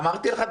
אמרתי לך,